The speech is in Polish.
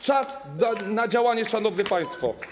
Czas na działanie, szanowni państwo.